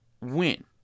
win